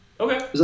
Okay